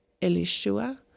Elishua